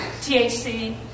THC